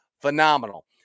phenomenal